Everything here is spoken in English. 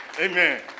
Amen